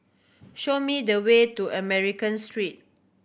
show me the way to American Street